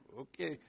okay